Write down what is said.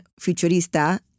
Futurista